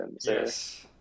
Yes